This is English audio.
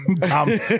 Tom